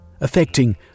Affecting